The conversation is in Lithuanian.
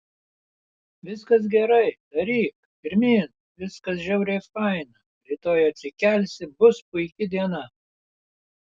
viskas gerai daryk pirmyn viskas žiauriai faina rytoj atsikelsi bus puiki diena